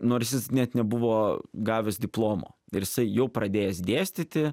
nors jis net nebuvo gavęs diplomo ir jisai jau pradėjęs dėstyti